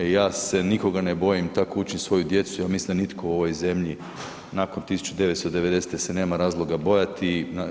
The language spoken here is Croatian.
Ja se nikoga ne bojim, tamo učim svoju djecu i ja mislim da nitko u ovoj zemlji nakon 1990. se nema razloga bojati.